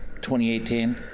2018